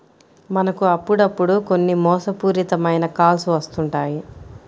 మనకు అప్పుడప్పుడు కొన్ని మోసపూరిత మైన కాల్స్ వస్తుంటాయి